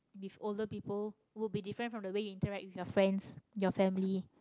with older people will be different from the way you interact with your friends your family